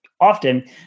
often